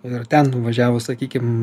ir ten nuvažiavus sakykim